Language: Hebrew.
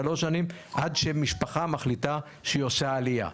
שלוש שנים עד שמשפחה מחליטה שהיא עושה עלייה.